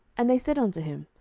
and they said unto him,